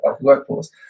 workforce